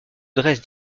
dressent